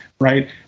right